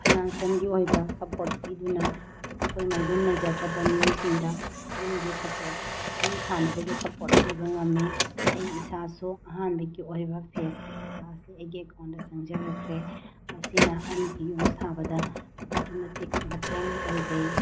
ꯐꯥꯏꯅꯥꯟꯁꯦꯟꯒꯤ ꯑꯣꯏꯕ ꯁꯞꯄꯣꯠ ꯄꯤꯗꯨꯅ ꯑꯩꯈꯣꯏꯅ ꯌꯨꯝ ꯂꯩꯖꯗ꯭ꯔꯕ ꯃꯤꯑꯣꯏꯁꯤꯡꯗ ꯌꯨꯝꯒꯤ ꯁꯞꯄꯣꯠ ꯌꯨꯝ ꯁꯥꯅꯕꯒꯤ ꯁꯞꯄꯣꯠ ꯄꯤꯕ ꯉꯝꯏ ꯑꯩ ꯏꯁꯥꯁꯨ ꯑꯍꯥꯟꯕꯒꯤ ꯑꯣꯏꯕ ꯐꯦꯖꯀꯤ ꯄꯩꯁꯥꯁꯤ ꯑꯩꯒꯤ ꯑꯦꯀꯥꯎꯟꯗ ꯆꯪꯖꯔꯛꯈ꯭ꯔꯦ ꯃꯁꯤꯅ ꯑꯩꯒꯤ ꯌꯨꯝ ꯁꯥꯕꯗ ꯑꯗꯨꯛꯀꯤ ꯃꯇꯤꯛ ꯃꯇꯦꯡ ꯑꯣꯏꯖꯩ